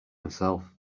myself